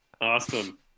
awesome